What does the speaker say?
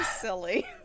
silly